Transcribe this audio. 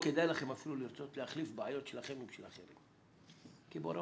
אפילו לרצות להחליף בעיות שלכם עם של אחרים כי בורא